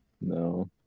No